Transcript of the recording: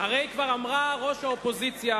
הרי כבר אמרה ראש האופוזיציה,